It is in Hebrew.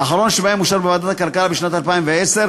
האחרון שבהם אושר בוועדת הכלכלה בשנת 2010,